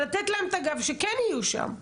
לתת להם את הגב שכן יהיו שם.